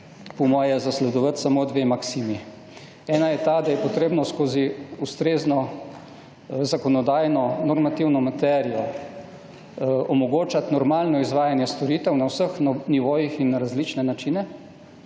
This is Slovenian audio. po moje zasledovati samo dve maksimi: ena je ta, da je treba skozi ustrezno zakonodajno normativno materijo omogočati normalno izvajanje storitev na vseh nivojih in na različne načine,